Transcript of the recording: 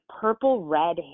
purple-red